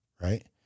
right